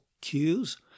cues